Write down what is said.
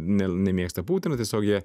ne nemėgsta putino tiesiog jie